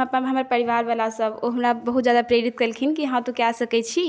हमर परिवारवला सब ओ हमरा बहुत ज्यादा प्रेरित केलखिन कि हँ तू कऽ सकै छी